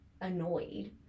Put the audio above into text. annoyed